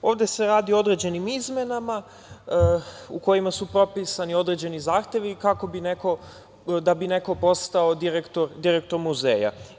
Ovde se radi o određenim izmenama u kojima su propisani određeni zahtevi da bi neko postao direktor muzeja.